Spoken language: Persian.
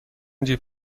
جیب